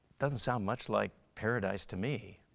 doesn't sound much like paradise to me.